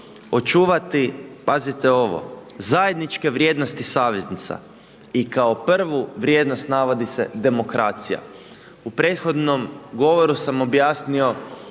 očuvati, pazite ovo, zajedničke vrijednosti saveznica i kao prvu vrijednost navodi se demokracija. U prethodnom govoru sam objasnio